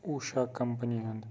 Usha company ہُنٛد